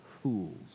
fools